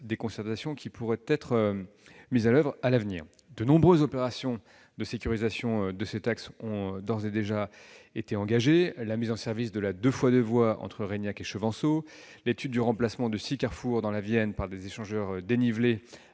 aux concertations qui pourraient intervenir à l'avenir. De nombreuses opérations de sécurisation de cet axe ont d'ores et déjà été engagées : la mise en service de la 2x2 voies entre Reignac et Chevanceaux ; l'étude du remplacement de six carrefours dans la Vienne par des échangeurs dénivelés